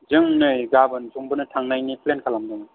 जों नै गाबोन समफोरनो थांनायनि प्लेन खालामदोंमोन